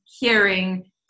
hearing